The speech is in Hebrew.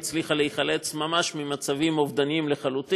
כמה פעמים היא הצליחה להיחלץ ממש ממצבים אבודים לחלוטין,